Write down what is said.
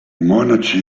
monaci